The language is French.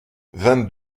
vingt